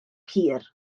hir